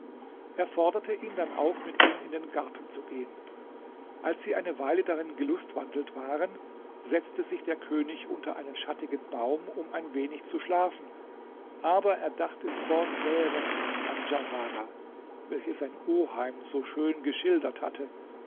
er forderte ihn dann auf mit ihm in den garten zu gehen als sie eine weile darin gelustwandelt waren setzte sich der könig unter einen schattigen baum um ein wenig zu schlafen aber er dachte fortwährend an djauharah welche sein oheim so schön geschildert hatte